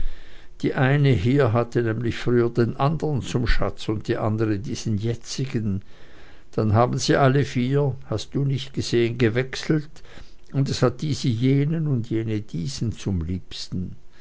die eine hier hatte nämlich früher den andern zum schatz und die andere diesen jetzigen dann haben sie alle vier hast du nicht gesehen gewechselt und es hat diese jenen und jene diesen zum liebsten